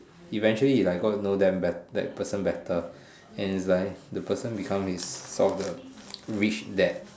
eventually he like got to know them that person better and is like that person become like his rich dad